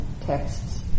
texts